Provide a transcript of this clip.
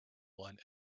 one